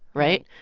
right?